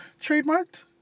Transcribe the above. Trademarked